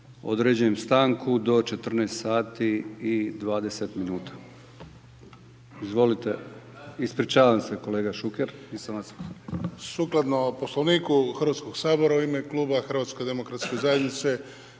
Određujem stanku do 14 sati i 20 minuta. Izvolite, ispričavam se kolega Šuker